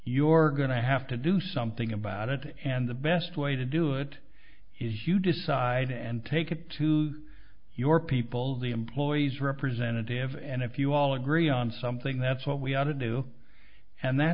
to have to do something about it and the best way to do it is you decide and take it to your people the employee's representative and if you all agree on something that's what we ought to do and that